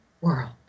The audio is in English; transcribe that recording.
world